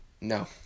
no